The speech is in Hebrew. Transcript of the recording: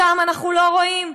אותם אנחנו לא רואים.